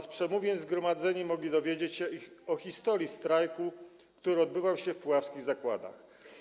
Z przemówień zgromadzeni mogli dowiedzieć się o historii strajku, który odbywał się w puławskich zakładach.